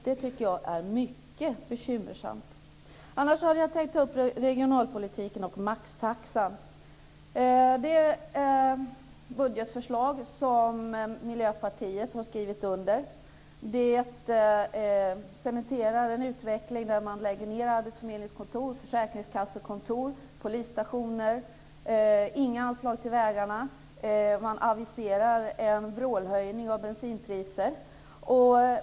Det tycker jag är mycket bekymmersamt. Jag hade egentligen tänkt ta upp regionalpolitiken och maxtaxan. Det budgetförslag som Miljöpartiet har skrivit under cementerar en utveckling där man lägger ned arbetsförmedlingskontor, försäkringskassekontor och polisstationer. Det blir inga anslag till vägarna. Man aviserar en vrålhöjning av bensinpriset.